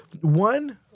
one